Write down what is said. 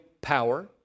power